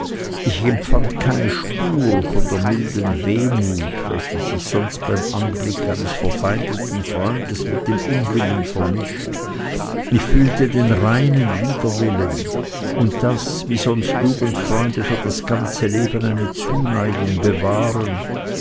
ich empfand keine spur von der milden wehmut welche sich sonst beim anblicke eines verfeindeten freundes mit dem unwillen vermischt ich fühlte den reinen widerwillen und daß wie sonst jugendfreunde für das ganze leben eine zuneigung bewahren